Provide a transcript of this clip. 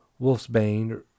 Wolfsbane